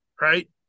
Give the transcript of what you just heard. right